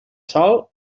sal